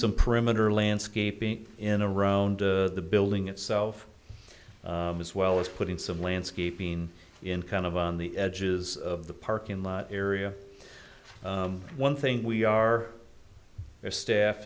some perimeter landscaping in a round the building itself as well as putting some landscaping in kind of on the edges of the parking lot area one thing we are there staff